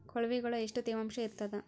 ಕೊಳವಿಗೊಳ ಎಷ್ಟು ತೇವಾಂಶ ಇರ್ತಾದ?